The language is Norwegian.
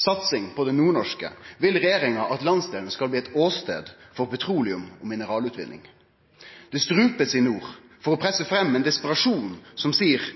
satsing på det nordnorske vil regjeringa at landsdelen skal bli ein åstad for petroleums- og mineralutvinning. Ein struper i nord for å presse fram ein desperasjon som seier